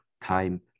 time